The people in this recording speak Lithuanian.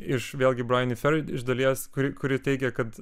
iš vėlgi braini fer iš dalies kuri kuri teigia kad